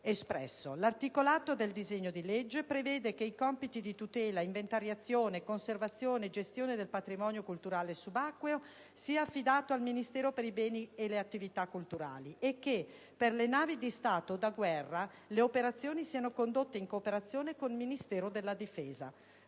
L'articolato del disegno di legge prevede che i compiti di tutela, inventariazione, conservazione e gestione del patrimonio culturale subacqueo siano affidati al Ministero per i beni e le attività culturali e che, per le navi di Stato o da guerra, le operazioni siano condotte in cooperazione con il Ministero della difesa.